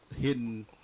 hidden